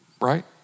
Right